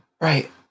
Right